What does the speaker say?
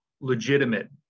legitimate